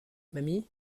mamie